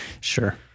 Sure